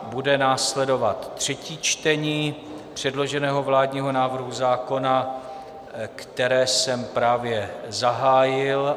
Bude následovat třetí čtení předloženého vládního návrhu zákona, které jsem právě zahájil.